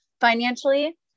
financially